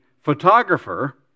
photographer